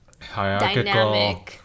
hierarchical